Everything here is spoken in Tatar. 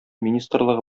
министрлыгы